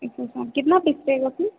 एक का कितना पीस पर हैगो की